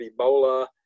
Ebola